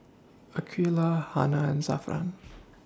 Aqeelah Hana and Zafran